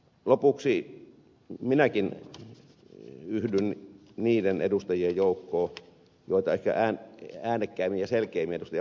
lopuksi minäkin yhdyn niiden edustajien joukkoon joita ehkä äänekkäimmin ja selkeimmin ed